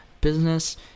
business